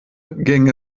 ging